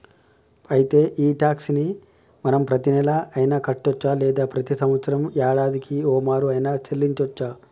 అయితే ఈ టాక్స్ ని మనం ప్రతీనెల అయిన కట్టొచ్చు లేదా ప్రతి సంవత్సరం యాడాదికి ఓమారు ఆయిన సెల్లించోచ్చు